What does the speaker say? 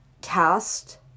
cast